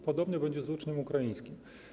Podobnie będzie z uczniem ukraińskim.